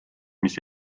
mis